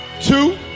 two